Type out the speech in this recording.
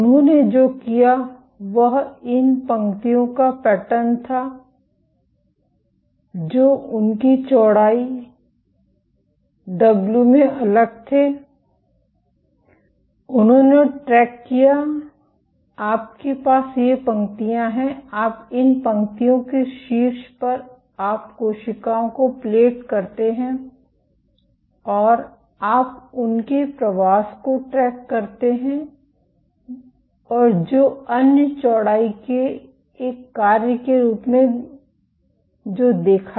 उन्होंने जो किया वह इन पंक्तियों का पैटर्न था जो उनकी चौड़ाई डब्ल्यू में अलग थे और उन्होंने ट्रैक किया आपके पास ये पंक्तियाँ हैं आप इन पंक्तियों के शीर्ष पर आप कोशिकाओं को प्लेट करते हैं और आप उनके प्रवास को ट्रैक करते हैं और जो उन्होंने चौड़ाई के एक कार्य के रूप में जो देखा